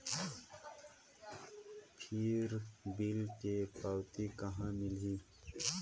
फिर बिल के पावती कहा मिलही?